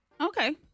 Okay